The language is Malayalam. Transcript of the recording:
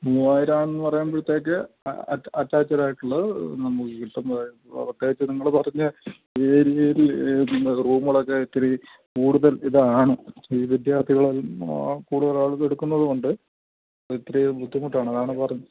മൂവായിരം ആന്ന് പറയുമ്പോഴത്തേക്ക് അറ്റാച്ചഡ ആയിട്ടുള്ള നമുക്ക് കിട്ട അറ്റാച്ച്ഡ് നിങ്ങള് പറഞ്ഞ ഏരിയൽ റൂമുകളൊക്കെ ഇത്തിരി കൂടുതൽ ഇതാണ് ഈ വിദ്യാർത്ഥികൾ കൂടുതലാൾ എടുക്കുന്നത് കൊണ്ട് ഇത്തിരി ബുദ്ധിമുട്ടാണ് അതാണ് പറഞ്ഞത്